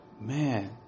man